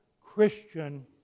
Christian